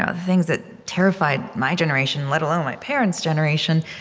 ah things that terrified my generation, let alone my parents' generation.